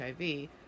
HIV